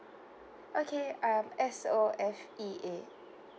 okay um S O F E A